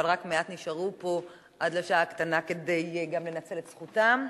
אבל רק מעטים נשארו פה עד לשעה הקטנה כדי גם לנצל את זכותם.